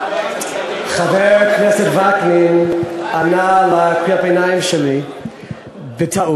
חבר הכנסת וקנין ענה על קריאת הביניים שלי בטעות,